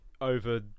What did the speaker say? over